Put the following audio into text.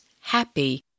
happy